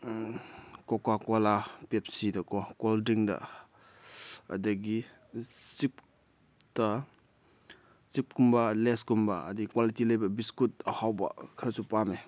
ꯀꯣꯀꯥ Cola ꯄꯦꯞꯁꯤꯗꯀꯣ cold ꯗ꯭ꯔꯤꯡꯛꯗ ꯑꯗꯒꯤ ꯆꯤꯞꯇ ꯆꯤꯞꯀꯨꯝꯕ ꯂꯦꯁꯀꯨꯝꯕ ꯍꯥꯏꯗꯤ ꯀ꯭ꯋꯥꯂꯤꯇꯤ ꯂꯩꯕ ꯕꯤꯁꯀꯨꯠ ꯑꯍꯥꯎꯕ ꯈꯔꯁꯨ ꯄꯥꯝꯃꯦ